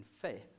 faith